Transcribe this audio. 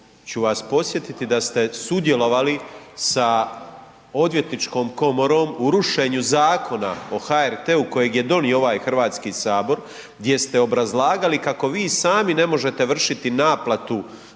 ću vas podsjetiti da ste sudjelovali sa Odvjetničkom komorom u rušenju Zakona o HRT-u kojeg je donio ovaj Hrvatski sabor gdje ste obrazlagali kako vi sami ne možete vršiti naplatu